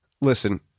Listen